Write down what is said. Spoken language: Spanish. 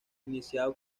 iniciado